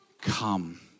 come